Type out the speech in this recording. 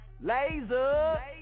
Laser